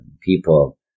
people